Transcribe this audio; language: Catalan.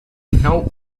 nou